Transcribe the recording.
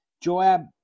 Joab